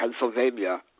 Pennsylvania